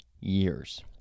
years